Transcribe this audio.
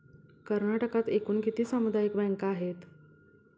कर्नाटकात एकूण किती सामुदायिक बँका आहेत?